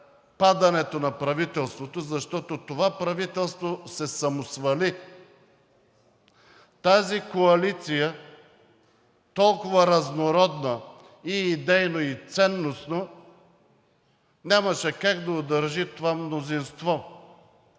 падането на правителството, защото това правителство се самосвали. Тази коалиция, толкова разнородна и идейно, и ценностно, нямаше как да удържи това мнозинство